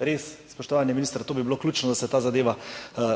res, spoštovani minister, to bi bilo ključno, da se ta zadeva